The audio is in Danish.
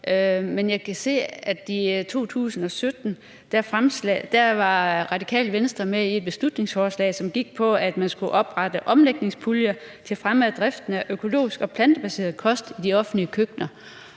Men jeg kan se, at i 2017 var Radikale Venstre med i et beslutningsforslag, som gik på, at man skulle oprette en omlægningspulje til at fremme driften af økologisk og plantebaseret kost i de offentlige køkkener.